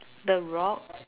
the rock